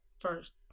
First